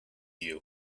you